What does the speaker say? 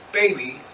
baby